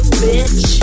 bitch